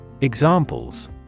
Examples